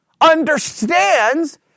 understands